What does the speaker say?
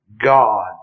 God